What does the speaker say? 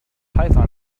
python